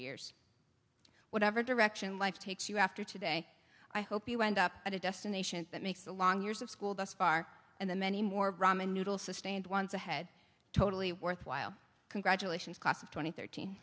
years whatever direction life takes you after today i hope you end up at a destination that makes the long years of school thus far and the many more ramen noodles sustained once ahead totally worthwhile congratulations class of twenty thirteen